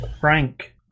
Frank